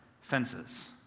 fences